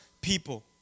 people